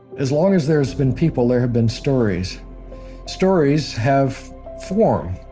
as long as there's been people, there have been stories stories have form.